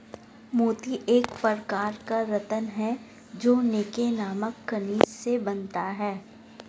मोती एक प्रकार का रत्न है जो नैक्रे नामक खनिज से बनता है